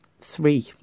three